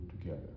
together